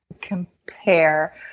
compare